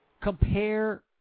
Compare